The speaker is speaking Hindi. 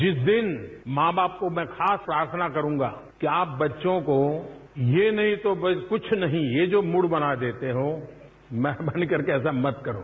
जिस दिन मां बाप को मैं खास प्रार्थना करूंगा कि आप बच्चों को ये नहीं तो भई कुछ नहीं ये जो मूड बना देते हो मेहरबान करके ऐसा मत करो